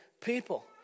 people